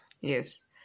Yes